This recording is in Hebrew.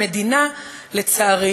המדינה, לצערי,